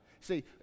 See